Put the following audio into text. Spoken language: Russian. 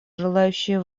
желающие